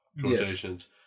quotations